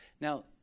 now